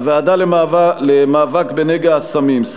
הוועדה למאבק בנגע הסמים, א.